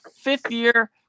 fifth-year